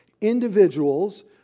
individuals